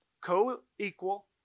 Co-equal